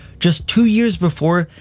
just two years before,